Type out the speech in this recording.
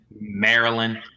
Maryland